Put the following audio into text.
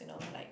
you know like